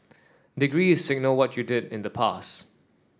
degrees signal what you did in the past